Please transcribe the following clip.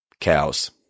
Cows